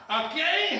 okay